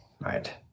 Right